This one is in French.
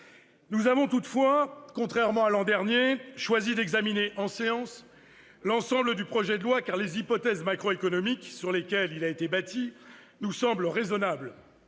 Nous avons toutefois, contrairement à l'an dernier, choisi d'examiner en séance l'ensemble du projet de loi, car les hypothèses macroéconomiques sur lesquelles il a été bâti nous semblent raisonnables,